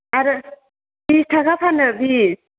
आरो बिस थाखा फानो बिस